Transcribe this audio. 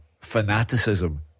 fanaticism